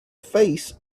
face